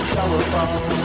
telephone